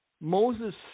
Moses